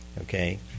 Okay